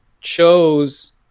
chose